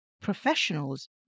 professionals